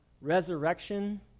resurrection